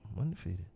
Undefeated